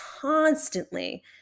constantly